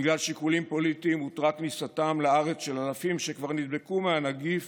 בגלל שיקולים פוליטיים הותרה כניסתם לארץ של אלפים שכבר נדבקו מהנגיף